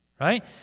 Right